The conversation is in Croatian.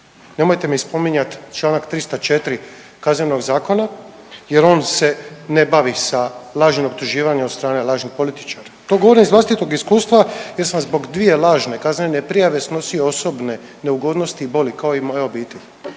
Nemojte mi spominjat čl. 304. KZ jer on se ne bavi sa lažnim optuživanjem od strane lažnih političara. To govorim iz vlastitog iskustva jer sam zbog dvije lažne kaznene prijave snosio osobne neugodnosti i boli, kao i moja obitelj,